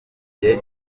visi